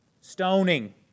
Stoning